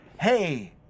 hey